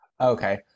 okay